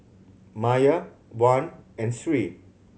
Maya Wan and Sri